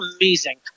amazing